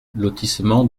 lotissement